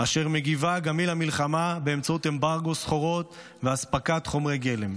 אשר מגיבה גם היא למלחמה באמצעות אמברגו סחורות ואספקת חומרי גלם.